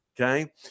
Okay